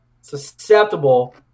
susceptible